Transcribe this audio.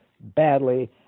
badly